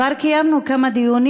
כבר קיימנו כמה דיונים,